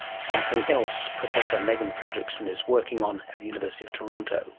something else professor megan frederickson is working on at the university of toronto